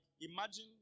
imagine